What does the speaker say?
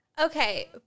Okay